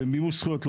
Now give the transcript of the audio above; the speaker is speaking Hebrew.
שגם שם במימוש זכויות,